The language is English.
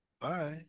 Bye